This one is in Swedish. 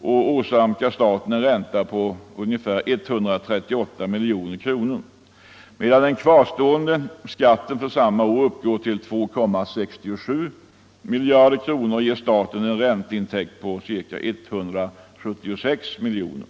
och åsamkar staten en ränta på ungefär 138 miljoner kronor, medan den kvarstående skatten för samma år uppgår till 2,67 miljarder kronor och ger staten en ränteintäkt på ca 176 miljoner kronor.